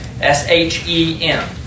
S-H-E-M